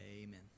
Amen